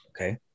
Okay